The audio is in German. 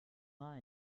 mal